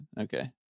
Okay